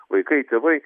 vaikai tėvai